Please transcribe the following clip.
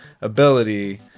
ability